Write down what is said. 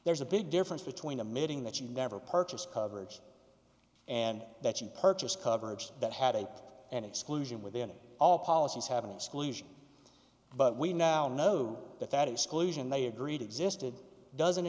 there's a big difference between a mid in that you never purchased coverage and that you purchased coverage that had a an exclusion within it all policies have an exclusion but we now know that that exclusion they agreed existed doesn't